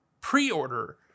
pre-order